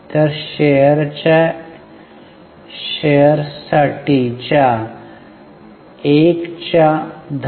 तर शेअर्स साठी 1 च्या 10